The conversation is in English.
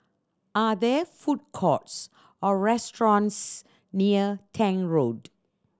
are there food courts or restaurants near Tank Road